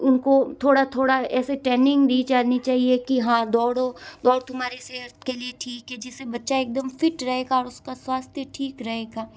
उनको थोड़ा थोड़ा ऐसी ट्रेनिंग दी जानी चाहिए कि हाँ दौड़ो दौड़ तुम्हारे सेहत के लिए ठीक है जिस से बच्चा एक दम फिट रहेगा और उसका स्वास्थ्य ठीक रहेगा